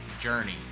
journey